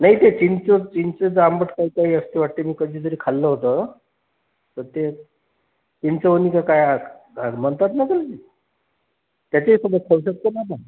नाही ते चिंच चिंचेचं आंबट काही काही असते वाटते मी कधीतरी खाल्लं होतं तर ते चिंचवणी का काय असं म्हणतात ना त्याला त्याच्याही सोबत खाऊ शकतो ना आपण